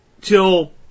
till